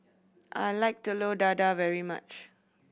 I like Telur Dadah very much